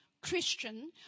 Christian